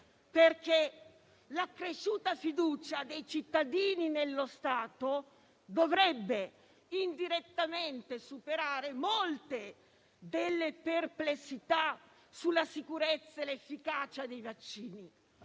perché l'accresciuta fiducia dei cittadini nello Stato dovrebbe indirettamente superare molte delle perplessità sulla sicurezza e l'efficacia dei vaccini;